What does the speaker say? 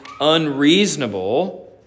unreasonable